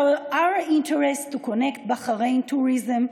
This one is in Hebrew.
קח אותי איתך במשלחת לישראל.